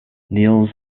nils